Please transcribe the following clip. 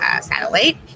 satellite